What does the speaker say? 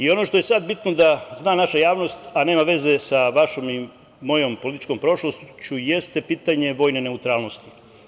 Ono što je bitno da zna naša javnost, a nema veze sa vašom i mojom političkom prošlošću jeste pitanje vojne neutralnosti.